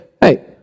hey